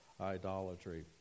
idolatry